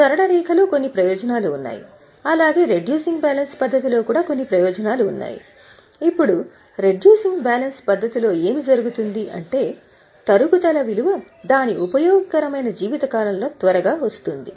సరళ రేఖ యొక్క కొన్ని ప్రయోజనాలు ఉన్నాయి అలాగే రెడ్యూసింగ్ బ్యాలెన్స్ పద్ధతి లో కూడా చాలా ప్రయోజనాలు ఉన్నాయి ఇప్పుడు రెడ్యూసింగ్ బ్యాలెన్స్ పద్ధతి లో ఏమి జరుగుతుంది అంటే తరుగుదల విలువ దాని ఉపయోగకరమైన జీవిత కాలంలో వస్తుంది